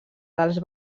dels